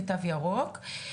ותו ירוק.